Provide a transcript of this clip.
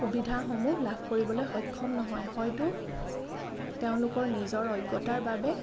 সুবিধাসমূহ লাভ কৰিবলৈ সক্ষম নহয় হয়তো তেওঁলোকৰ নিজৰ অজ্ঞতাৰ বাবে